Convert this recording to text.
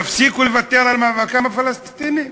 יפסיקו ויוותרו על מאבקם הפלסטיני?